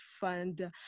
Fund